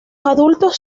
adultos